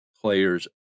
Players